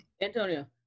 Antonio